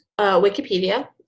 Wikipedia